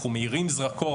אנחנו מאירים זרקור.